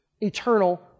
eternal